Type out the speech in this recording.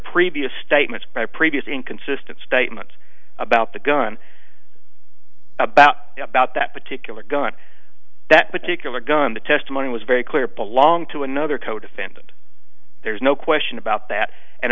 previous statements by previous inconsistent statements about the gun about about that particular gun that particular gun the testimony was very clear belonged to another codefendant there's no question about that and